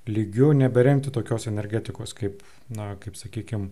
lygiu neberemti tokios energetikos kaip na kaip sakykim